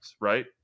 right